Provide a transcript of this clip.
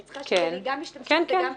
אני צריכה שיהיו לי גם משתמשים וגם מקבלים.